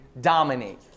dominate